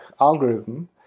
algorithm